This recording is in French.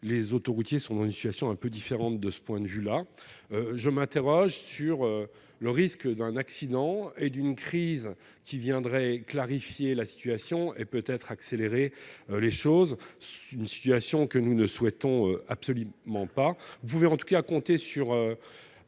Les autoroutiers sont dans une situation un peu différente de ce point de vue. Je m'interroge néanmoins sur le risque d'un accident et d'une crise qui viendraient clarifier la situation et accélérer les choses. C'est une situation que nous ne souhaitons absolument pas. Vous pourrez compter sur